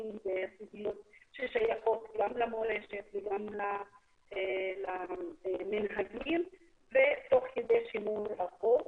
עוסקים בסוגיות ששייכות גם למורשת וגם למנהגים ותוך כדי שימור החוק.